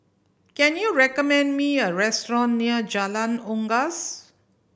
can you recommend me a restaurant near Jalan Unggas